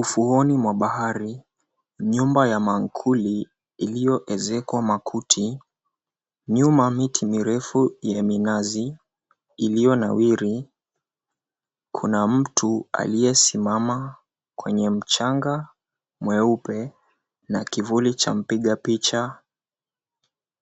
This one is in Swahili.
Ufuoni mwa bahari, nyumba ya maankuli iliyoezekwa makuti, nyuma miti mirefu ya minazi iliyonawiri. Kuna mtu aliyesimama kwenye mchanga mweupe na kivuli cha mpiga picha